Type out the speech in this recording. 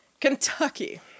Kentucky